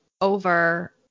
over